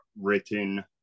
written